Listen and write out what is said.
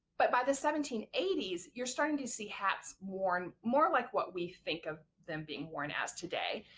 but by the seventeen eighty s you're starting to see hats worn more like what we think of them being worn as today.